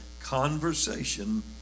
conversation